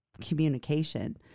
communication